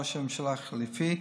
ראש הממשלה החליפי,